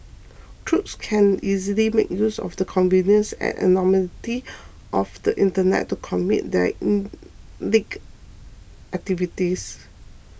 crooks can easily make use of the convenience and anonymity of the Internet to commit their illicit activities